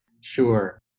sure